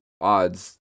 odds